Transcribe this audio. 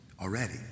already